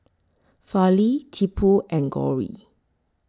Fali Tipu and Gauri